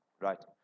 Right